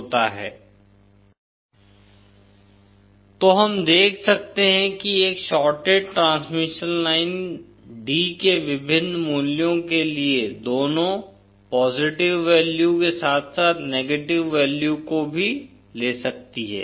Refer Slide Time816 तो हम देख सकते हैं कि एक शॉर्टेड ट्रांसमिशन लाइन d के विभिन्न मूल्यों के लिए दोनों पॉजिटिव वैल्यू के साथ साथ नेगेटिव वैल्यू को भी ले सकती है